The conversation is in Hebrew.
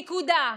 נקודה.